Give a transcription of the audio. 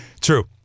True